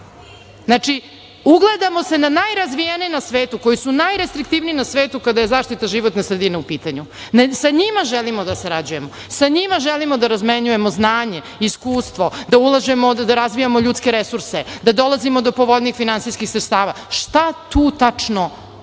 Znači, ugledamo se na najrazvijenije na svetu, koji su najrestriktivniji na svetu kada je zaštita životne sredine u pitanju. Sa njima želimo da sarađujemo, sa njima želimo da razmenjujemo znanje, iskustvo, da ulažemo, da razvijamo ljudske resurse, da dolazimo do povoljnijih finansijskih sredstava. Šta tu tačno ne